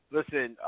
Listen